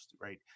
right